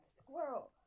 squirrel